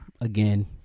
again